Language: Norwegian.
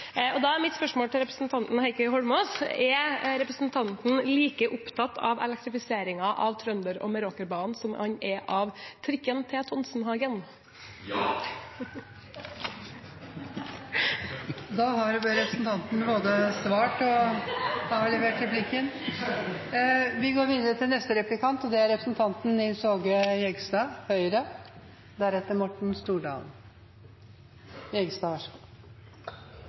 Da er mitt spørsmål til representanten Heikki Eidsvoll Holmås: Er representanten like opptatt av elektrifiseringen av Trønderbanen og Meråkerbanen som han er av trikk til Tonsenhagen? Ja. Da har representanten både svart og avlevert replikksvaret. Vi går videre til neste replikant. Nå har vi den tredje representanten